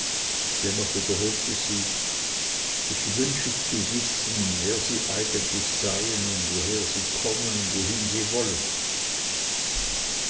dennoch wiederholte sie ich wünsche zu wissen wer sie eigentlich seien und woher sie kommen und wohin sie wollen